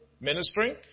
ministering